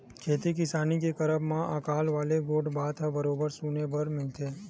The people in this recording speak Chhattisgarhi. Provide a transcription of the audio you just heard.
खेती किसानी के करब म अकाल वाले गोठ बात ह बरोबर सुने बर मिलथे ही